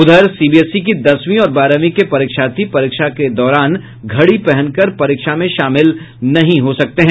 उधर सीबीएसई की दसवीं और बारहवीं के परीक्षार्थी परीक्षा के दौरान घड़ी पहनकर परीक्षा में शामिल नहीं हो सकते हैं